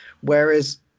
Whereas